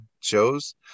shows